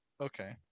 Okay